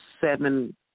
seven